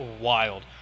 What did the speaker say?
wild